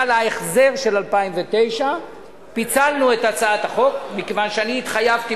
להחזר של 2009. פיצלנו את הצעת החוק מכיוון שאני התחייבתי